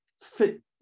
fit